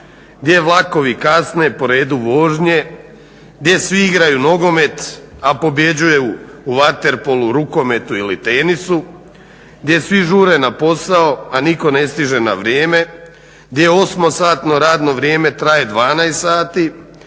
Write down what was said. gdje vlakovi kasne po redu vožnje, gdje svi igraju nogomet a pobjeđuju u vaterpolu, rukometu ili tenisu, gdje svi žure na posao a nitko ne stiže na vrijeme, gdje 8-satno radno vrijeme traje 12 sati,